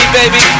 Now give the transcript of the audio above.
baby